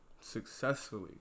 Successfully